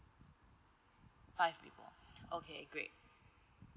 five people okay great